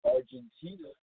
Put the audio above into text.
Argentina